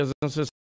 businesses